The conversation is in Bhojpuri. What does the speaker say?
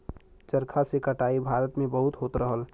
चरखा से कटाई भारत में बहुत होत रहल